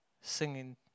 singing